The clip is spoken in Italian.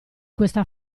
questa